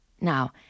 Now